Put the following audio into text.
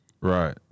Right